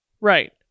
right